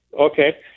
okay